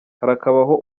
harakabaho